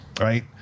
right